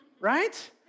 Right